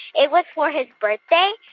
it was for his birthday?